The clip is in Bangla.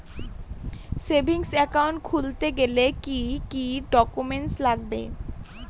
সেভিংস একাউন্ট খুলতে গেলে কি কি ডকুমেন্টস লাগবে?